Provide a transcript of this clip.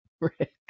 Rick